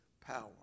power